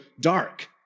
dark